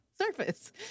surface